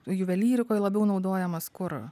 juvelyrikoj labiau naudojamas kur